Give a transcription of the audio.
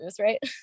Right